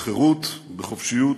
בחירות ובחופשיות,